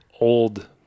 old